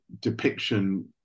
depiction